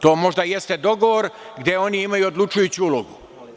To možda jeste dogovor gde oni imaju odlučujuću ulogu.